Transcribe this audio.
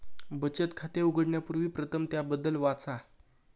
बचत खाते उघडण्यापूर्वी प्रथम त्याबद्दल वाचा